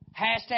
Hashtag